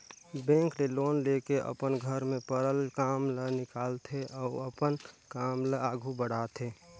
bank ले loan लेके अपन घर में परल काम ल निकालथे अउ अपन काम ल आघु बढ़ाथे